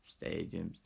stadiums